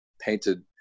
painted